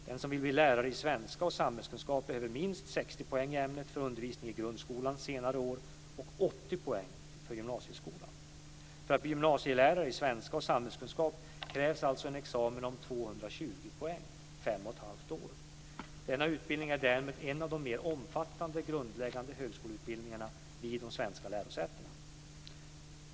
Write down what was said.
Den som vill bli lärare i svenska och samhällskunskap behöver minst 60 poäng i ämnet för undervisning i grundskolans senare år och 80 poäng för gymnasieskolan. För att bli gymnasielärare i svenska och samhällskunskap krävs alltså en examen om 220 poäng, dvs. fem och ett halvt år. Denna utbildning är därmed en av de mera omfattande grundläggande högskoleutbildningarna vid svenska lärosäten.